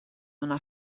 una